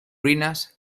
ruinas